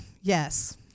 yes